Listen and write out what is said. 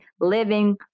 living